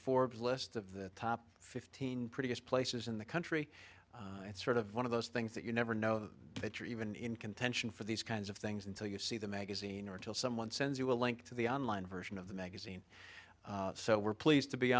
forbes list of the top fifteen prettiest places in the country it's sort of one of those things that you never know that you're even in contention for these kinds of things until you see the magazine or till someone sends you a link to the online version of the magazine so we're pleased to be